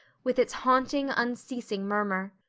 with its haunting, unceasing murmur.